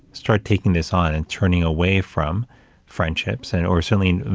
start taking this on and turning away from friendships and, or suddenly,